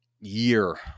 year